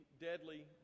deadly